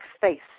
face